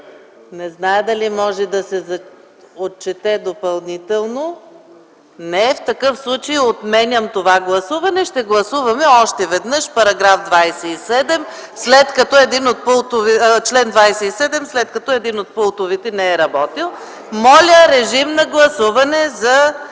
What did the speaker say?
Не зная дали може да се отчете допълнително. В такъв случай отменям това гласуване и ще гласуваме още веднъж чл. 27, след като един от пултовете не е работил. Моля, режим на гласуване за